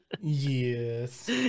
Yes